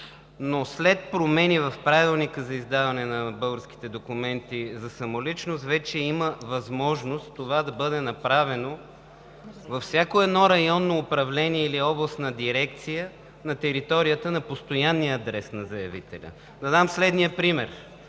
но след промени в Правилника за издаване на българските документи за самоличност вече има възможност това да бъде направено във всяко едно районно управление или областна дирекция на територията на постоянния адрес на заявителя. Да дам следния пример